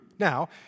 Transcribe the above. Now